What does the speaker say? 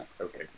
Okay